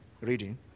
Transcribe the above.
reading